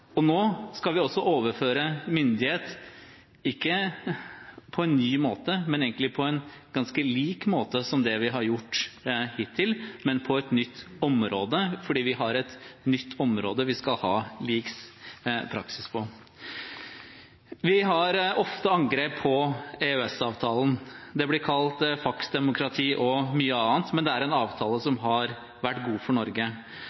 utøves. Nå skal vi overføre myndighet ikke på en ny måte, men på en egentlig ganske lik måte som det vi har gjort hittil, men på et nytt område, fordi vi har et nytt område vi skal ha lik praksis på. Vi har ofte angrep på EØS-avtalen. Det blir kalt faksdemokrati og mye annet, men det er en avtale som har vært god for Norge.